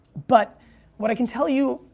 but what i can tell you,